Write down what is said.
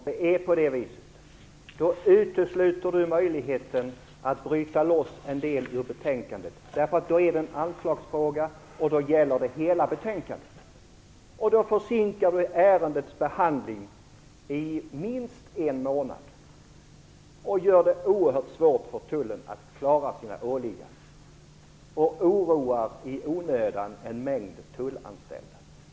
Fru talman! Om det är så, då utesluter Michael Stjernström möjligheten att bryta loss en del ur betänkandet, för då handlar det om en anslagsfråga, och då gäller det hela betänkandet. Därmed försinkas ärendets behandling i minst en månad, vilket gör det oerhört svårt för tullen att klara sina åligganden. Det oroar också i onödan en mängd tullanställda.